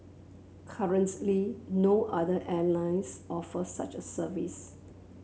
currently no other airlines offer such a service